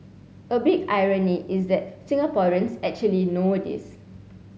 a big irony is that Singaporeans actually know this